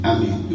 Amen